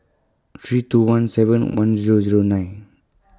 three two one seven one Zero Zero nine